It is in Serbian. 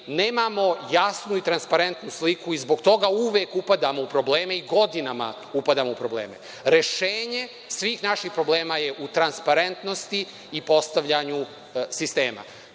nemamo jasnu i transparentnu sliku i zbog toga uvek upadamo u probleme i godinama upadamo u probleme. Rešenje svih naših problema je u transparentnosti i postavljanju sistema.